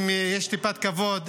אם יש טיפה כבוד,